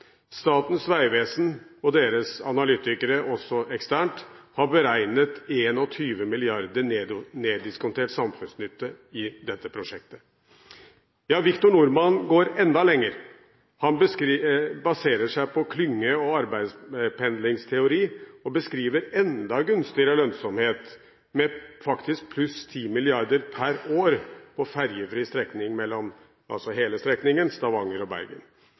Statens vegvesen og deres analytikere, også eksternt, har beregnet 21 mrd. kr neddiskontert samfunnsnytte i dette prosjektet. Victor Norman går enda lenger. Han baserer seg på en klynge- og arbeidspendlingsteori og beskriver en enda gunstigere lønnsomhet – faktisk pluss 10 mrd. kr per år på ferjefri strekning på hele strekningen Stavanger–Bergen. Dette er virkelig distrikts- og